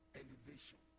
elevation